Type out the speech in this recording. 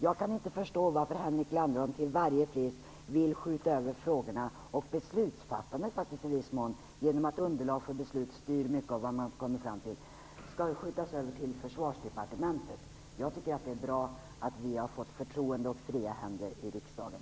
Jag kan inte förstå varför Henrik Landerholm till varje pris vill skjuta över frågorna, och i viss mån beslutsfattandet genom att underlag för beslut styr mycket av vad man kommer fram till, till Försvarsdepartementet. Jag tycker att det är bra att vi har fått förtroende och fria händer i riksdagen.